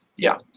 yeah,